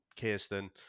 kirsten